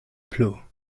plu